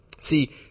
See